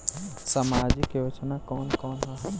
सामाजिक योजना कवन कवन ह?